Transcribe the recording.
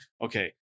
okay